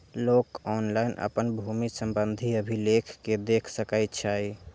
लोक ऑनलाइन अपन भूमि संबंधी अभिलेख कें देख सकै छै